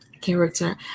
character